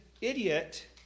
idiot